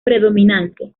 predominante